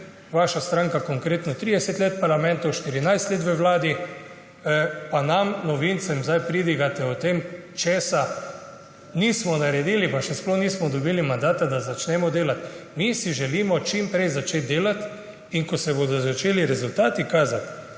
vaša stranka, konkretno, je 30 let v parlamentu, 14 let v vladi, pa nam novincem zdaj pridigate o tem, česa nismo naredili, pa še sploh nismo dobili mandata, da začnemo delati. Mi si želimo čim prej začeti delati. In ko se bodo začeli rezultati kazati